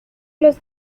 los